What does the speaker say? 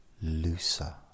looser